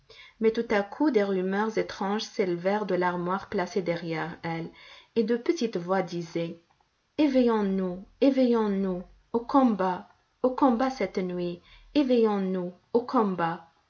mais tout à coup des rumeurs étranges s'élevèrent de l'armoire placée derrière elle et de petites voix disaient éveillons nous éveillons nous au combat au combat cette nuit éveillons nous au combat